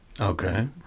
Okay